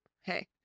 Hey